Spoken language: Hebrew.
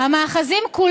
מה?